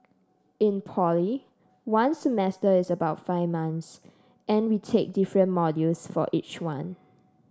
in poly one semester is about five months and we take different modules for each one